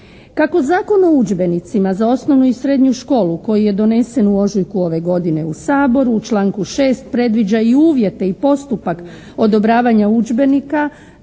Kako Zakon o udžbenicima za osnovnu i srednju školu koji je donesen u ožujku ove godine u Saboru u članku 6. predviđa i uvjete i postupak odobravanja udžbenika